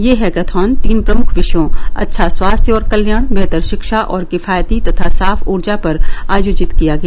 ये हैकेथॉन तीन प्रमुख विषयों अच्छा स्वास्थ्य और कल्याण बेहतर शिक्षा और किफायती तथा साफ ऊर्जा पर आयोजित किया गया